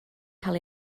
cael